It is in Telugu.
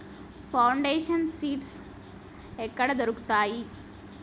ఫౌండేషన్ సీడ్స్ ఎక్కడ దొరుకుతాయి?